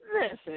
Listen